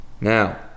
Now